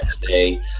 today